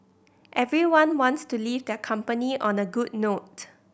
everyone wants to leave their company on a good note